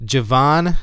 Javon